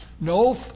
No